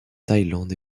thaïlande